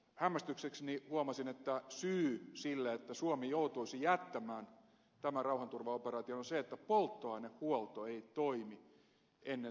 hämmästyksekseni huomasin että syy siihen että suomi joutuisi jättämään tämän rauhanturvaoperaation on se että polttoainehuolto ei toimi ennen sadekautta